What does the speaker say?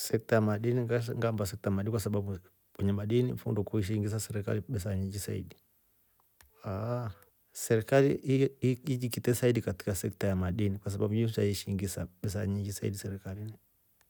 Sekta ya madini. ngasha ngaamba sekta ya madini kwasababu le kwenye madini ni fo kweshiingisa serikali besa nyiingi saidi aaaaah serikali ye jikita saidi katika sekta ya madini kwa sababu yesha shiingisa besa nyiingi saidi serikalini.